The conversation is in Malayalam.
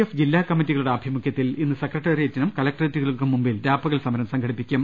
എഫ് ജില്ലാക്കമ്മറ്റികളുടെ ആഭിമുഖൃത്തിൽ ഇന്ന് സെക്രട്ടേറിയറ്റിനും കലക്ടറേറ്റുകൾക്കും മുമ്പിൽ രാപ്പകൽ സമരം സംഘടിപ്പിക്കും